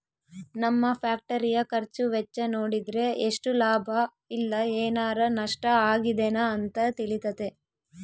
ನಮ್ಮ ಫ್ಯಾಕ್ಟರಿಯ ಖರ್ಚು ವೆಚ್ಚ ನೋಡಿದ್ರೆ ಎಷ್ಟು ಲಾಭ ಇಲ್ಲ ಏನಾರಾ ನಷ್ಟ ಆಗಿದೆನ ಅಂತ ತಿಳಿತತೆ